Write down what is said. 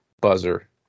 buzzer